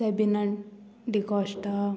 सॅबीनान D'Costa